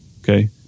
Okay